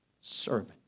servant